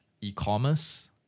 e-commerce